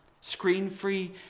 Screen-free